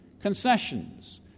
Concessions